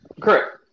Correct